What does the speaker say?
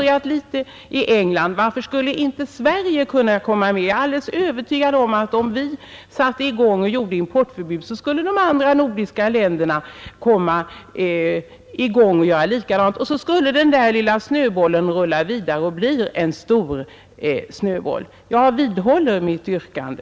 Jag är alldeles övertygad om att om vi införde importförbud skulle de andra nordiska länderna här omkring göra likadant, och så skulle den där lilla snöbollen, låt mig göra den jämförelsen, rulla vidare och bli en stor snöboll. Fru talman! Jag vidhåller mitt yrkande.